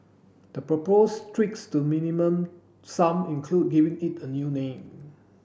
the proposed tweaks to Minimum Sum include giving it a new name